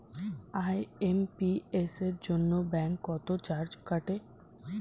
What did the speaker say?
IMPS এর জন্য bank কত চার্জ কাটে?